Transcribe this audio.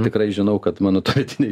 tikrai žinau kad mano tuometiniai